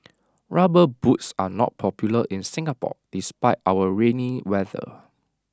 rubber boots are not popular in Singapore despite our rainy weather